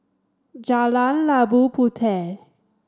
Jalan Labu Puteh